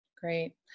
Great